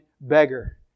beggar